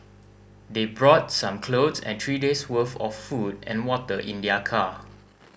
they brought some clothes and three days' worth of food and water in their car